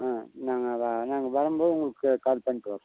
ஆ நாங்கள் வா நாங்கள் வரும்போது உங்களுக்கு க கால் பண்ணிவிட்டு வரோம்